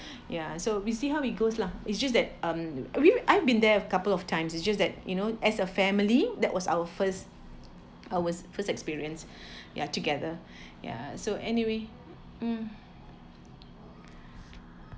ya so we see how it goes lah it's just that mm we I've been there a couple of times is just that you know as a family that was our first our first experience ya together ya so anyway um